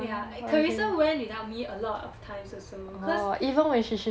ya carrissa went without me a lot of times also cause